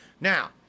Now